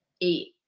Eight